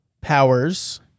powers